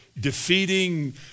defeating